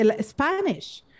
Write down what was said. Spanish